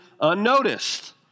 unnoticed